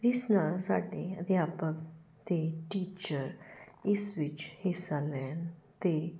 ਜਿਸ ਨਾਲ ਸਾਡੇ ਅਧਿਆਪਕ ਅਤੇ ਟੀਚਰ ਇਸ ਵਿੱਚ ਹਿੱਸਾ ਲੈਣ ਅਤੇ